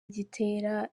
gitera